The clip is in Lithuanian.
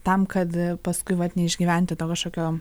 tam kad paskui vat neišgyventi to kažkokio